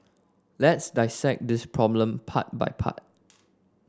let's dissect this problem part by part